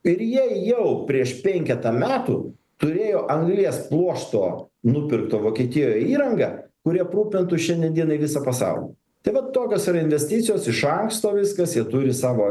ir jie jau prieš penketą metų turėjo anglies pluošto nupirkto vokietijoje įrangą kuri aprūpintų šiandien dienai visą pasaulį tai vat tokios yra investicijos iš anksto viskas turi savo